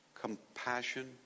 compassion